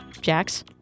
Jax